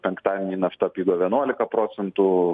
penktadienį nafta pigo vienuolika procentų